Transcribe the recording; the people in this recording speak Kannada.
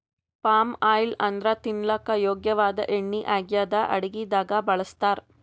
ಪಾಮ್ ಆಯಿಲ್ ಅಂದ್ರ ತಿನಲಕ್ಕ್ ಯೋಗ್ಯ ವಾದ್ ಎಣ್ಣಿ ಆಗಿದ್ದ್ ಅಡಗಿದಾಗ್ ಬಳಸ್ತಾರ್